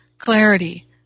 Clarity